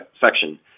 section